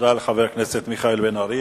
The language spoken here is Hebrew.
תודה לחבר הכנסת מיכאל בן-ארי.